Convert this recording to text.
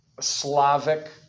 Slavic